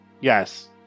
Yes